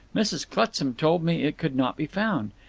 mrs. clutsam told me it could not be found.